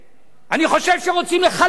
אני חושב שרוצים לחלן אותנו.